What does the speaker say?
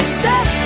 set